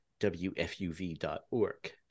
WFUV.org